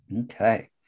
Okay